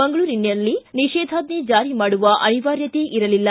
ಮಂಗಳೂರಿನಲ್ಲಿ ನಿಷೇಧಾಜ್ಞೆ ಜಾರಿ ಮಾಡುವ ಅನಿವಾರ್ಯತೆ ಇರಲಲ್ಲ